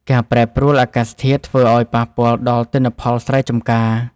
ការប្រែប្រួលអាកាសធាតុធ្វើឱ្យប៉ះពាល់ដល់ទិន្នផលស្រែចម្ការ។